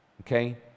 okay